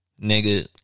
Nigga